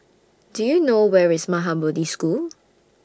Do YOU know Where IS Maha Bodhi School